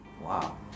Wow